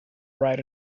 write